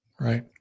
Right